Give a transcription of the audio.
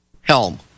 helm